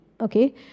Okay